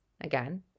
Again